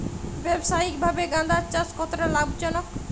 ব্যবসায়িকভাবে গাঁদার চাষ কতটা লাভজনক?